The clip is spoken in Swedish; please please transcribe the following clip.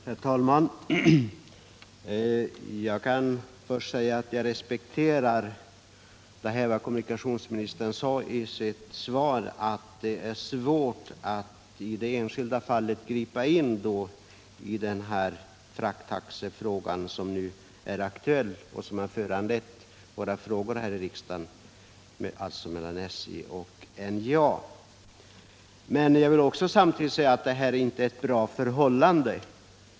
Herr talman! Jag kan först säga att jag respekterar vad kommunikationsministern sade i sitt svar, att det är svårt att i det enskilda fallet gripa in i den frakttaxefråga mellan SJ och NJA som nu är aktuell och som har föranlett våra frågor här i riksdagen. Men jag vill samtidigt säga att det här är inte ett bra förhållande.